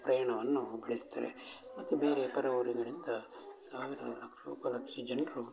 ಪ್ರಯಾಣವನ್ನು ಬೆಳೆಸ್ತಾರೆ ಮತ್ತು ಬೇರೆ ಪರ ಊರುಗಳಿಂದ ಸಾವಿರಾರು ಲಕ್ಷೋಪಲಕ್ಷ ಜನರು